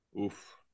Oof